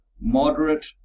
moderate